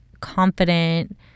confident